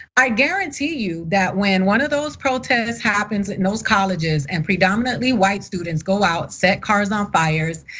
i guarantee you that when one of those protests happens it knows colleges and predominantly white students go out, set cars on fires,